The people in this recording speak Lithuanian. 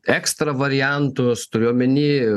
ekstra variantus turiu omeny